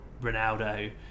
Ronaldo